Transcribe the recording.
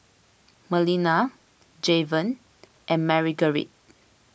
Melina Javen and Marguerite